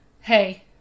hey